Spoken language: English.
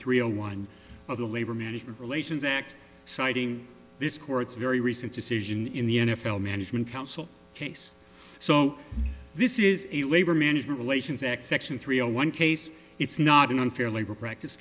a one of the labor management relations act citing this court's very recent decision in the n f l management council case so this is a labor management relations act section three a one case it's not an unfair labor practice